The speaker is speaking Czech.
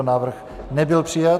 Návrh nebyl přijat.